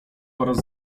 oraz